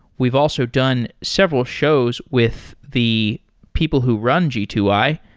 we've also done several shows with the people who run g two i,